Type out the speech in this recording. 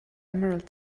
emerald